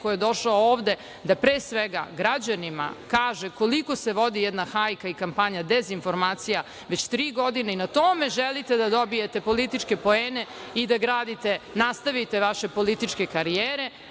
ko je došao ovde da pre svega građanima kaže koliko se vodi jedna hajka i kampanja dezinformacija već tri godine. Na tome želite da dobijete političke poene i nastavite vaše političke karijere.